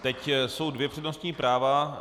Teď jsou dvě přednostní práva.